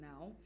now